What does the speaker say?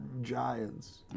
giants